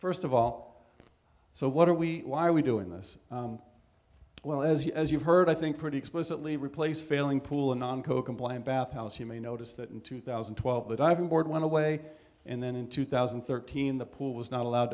first of all so what are we why are we doing this well as you as you've heard i think pretty explicitly replace failing pool in non coca plant bathhouse you may notice that in two thousand and twelve the diving board went away and then in two thousand and thirteen the pool was not allowed